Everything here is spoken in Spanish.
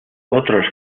otros